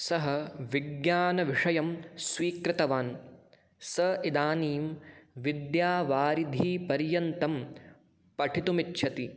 सः विज्ञानविषयं स्वीकृतवान् सः इदानीं विद्यावारिधिपर्यन्तं पठितुमिच्छति